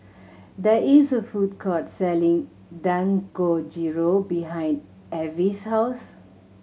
there is a food court selling Dangojiru behind Avie's house